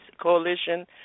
Coalition